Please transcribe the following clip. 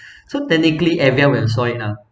so technically everyone will saw it ah